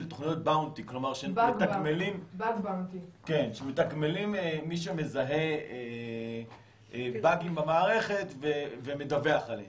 תוכניות Bug bounty שמתגמלים מי שמזהה באגים במערכת ומדווח עליהם.